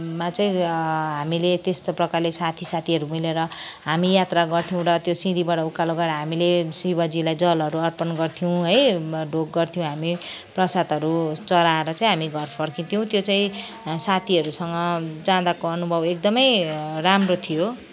मा चाहिँ हामीले त्यस्तो प्रकारले साथी साथीहरू मिलेर हामी यात्रा गर्थ्यौँ र त्यो सिँढीबाट उकालो गएर हामीले शिवजीलाई जलहरू अर्पण गर्थ्यौँ है ढोग गर्थ्यौँ हामी प्रसादहरू चढाएर चाहिँ हामी घर फर्किन्थ्यौँ त्यो चाहिँ साथीहरूसँग जाँदाको अनुभव एकदमै राम्रो थियो